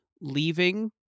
leaving